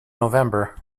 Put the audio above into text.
november